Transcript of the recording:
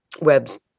webs